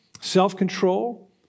self-control